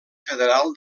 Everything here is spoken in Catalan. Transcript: federal